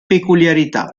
peculiarità